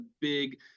big